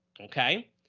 okay